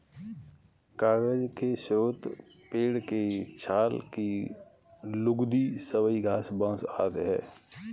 कागज के स्रोत पेड़ के छाल की लुगदी, सबई घास, बाँस आदि हैं